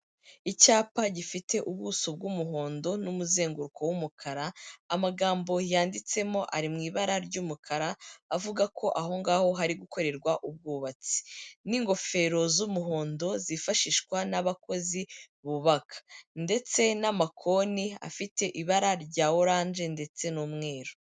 Icyapa gifite ubuso bw'umuhondo n'umuzenguruko w'umukara, amagambo yanditsemo ari mu ibara ry'umukara, avuga ko aho ngaho hari gukorerwa ubwubatsi n'ingofero z'umuhondo zifashishwa n'abakozi bubaka, ndetse n'amakoni afite ibara rya oranje ndetse n'umweru.